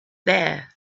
there